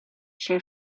sure